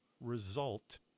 result